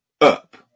up